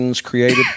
created